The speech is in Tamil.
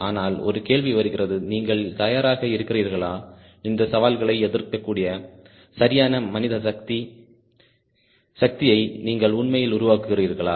ஆனால் ஒரு கேள்வி வருகிறது நீங்கள் தயாராக இருக்கிறீர்களா இந்த சவால்களை எடுக்கக்கூடிய சரியான மனித சக்தியை நீங்கள் உண்மையில் உருவாக்குகிறீர்களா